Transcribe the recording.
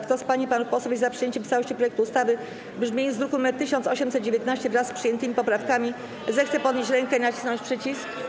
Kto z pań i panów posłów jest za przyjęciem w całości projektu ustawy w brzmieniu z druku nr 1819, wraz z przyjętymi poprawkami, zechce podnieść rękę i nacisnąć przycisk.